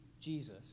Jesus